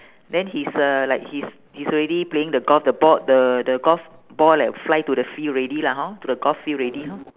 then he's uh like he's he's already playing the golf the ball the the gold ball like fly to the field already lah hor to the golf field already hor